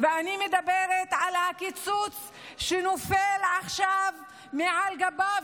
אני מדברת על הקיצוץ שנופל עכשיו על גבה.